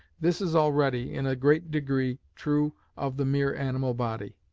this is already, in a great degree, true of the mere animal body.